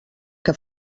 que